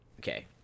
Okay